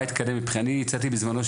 אני הצעתי בזמנו,